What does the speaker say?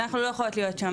אנחנו לא יכולות להיות שם.